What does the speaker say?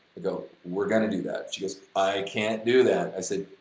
i go, we're gonna do that. she goes, i can't do that. i said,